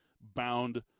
bound